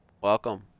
welcome